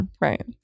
right